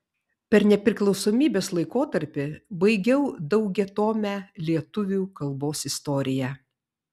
per nepriklausomybės laikotarpį baigiau daugiatomę lietuvių kalbos istoriją